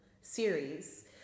series